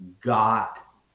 got